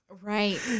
Right